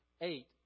Eight